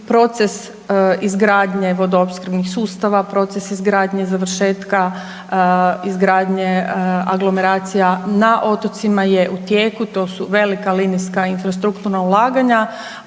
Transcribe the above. proces izgradnje vodoopskrbnih sustava, proces izgradnje završetka izgradnje aglomeracija na otocima je u tijeku. To su velika linijska infrastrukturna ulaganja.